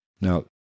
Now